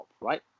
right